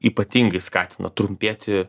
ypatingai skatina trumpėti